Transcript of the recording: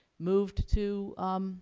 moved to,